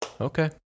Okay